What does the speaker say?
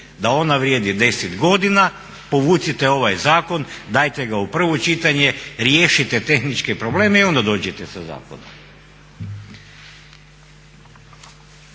da ona vrijedi 10 godina povucite ovaj zakon, dajte ga u prvo čitanje, riješite tehničke probleme i onda dođite sa zakonom.